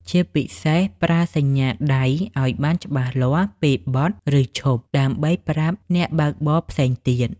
ជាពិសេស ប្រើសញ្ញាដៃឲ្យបានច្បាស់លាស់ពេលបត់ ឬឈប់ ដើម្បីប្រាប់អ្នកបើកបរផ្សេងទៀត។